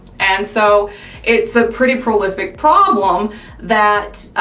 and so it's a pretty prolific problem that.